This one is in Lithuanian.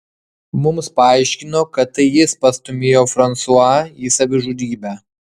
mums paaiškino kad tai jis pastūmėjo fransua į savižudybę